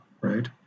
right